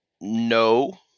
No